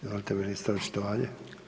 Izvolite ministar, očitovanje.